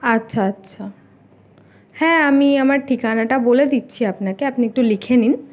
আচ্ছা আচ্ছা হ্যাঁ আমি আমার ঠিকানাটা বলে দিচ্ছি আপনাকে আপনি একটু লিখে নিন